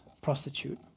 prostitute